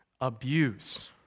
abuse